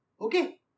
Okay